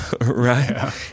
right